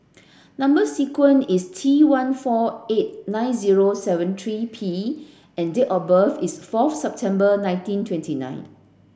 number sequence is T one four eight nine zero seven three P and date of birth is fourth September nineteen twenty nine